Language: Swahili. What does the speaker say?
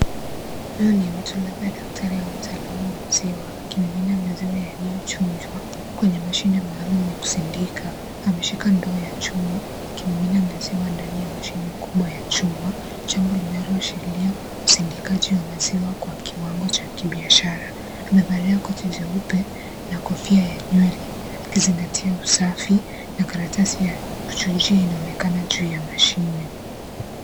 Huyu ni mtu labda daktari au mtaalamu wa maziwa. Akimimina maziwa yaliyochujwa kwenye mashine maalum ya kusindika. Ameshika ndoo ya chuma akimimina maziwa ndani ya mashine kubwa ya chuma. Jambo linaloashiria usindikaji wa maziwa kwa kiwango cha kibiashara. Amevalia koti jeupa na kofia ya nywele. Akizingatia usafi na karatasi ya kuchujia inaonekana juu ya mashine.